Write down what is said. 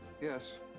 Yes